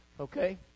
Okay